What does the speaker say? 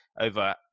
over